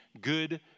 good